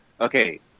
Okay